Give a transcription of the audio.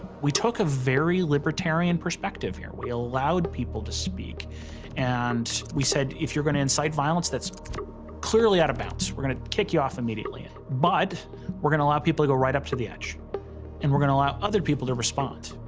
we took a very libertarian perspective here. we allowed people to speak and we said, if you're going to incite violence, that's clearly out of bounds. we're going to kick you off immediately. and but we're going to allow people to go right up to the edge and we're going to allow other people to respond.